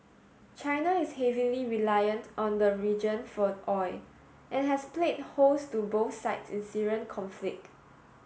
China is heavily reliant on the region for oil and has played host to both sides in Syrian conflict